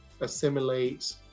assimilate